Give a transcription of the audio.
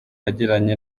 yagiranye